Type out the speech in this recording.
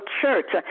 church